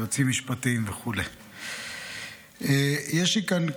יועצים משפטיים וכו' יש לי כאן,